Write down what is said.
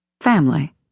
family